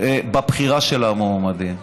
בבחירה של המועמדים.